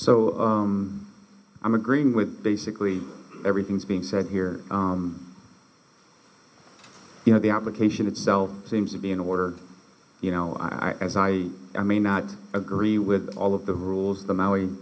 so i'm agreeing with basically everything is being said here you know the application itself seems to be in order you know i as i i may not agree with all of the rules the m